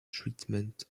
treatment